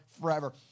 forever